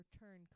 return